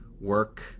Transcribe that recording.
work